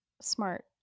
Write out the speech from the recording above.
smart